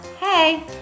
hey